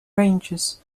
rangers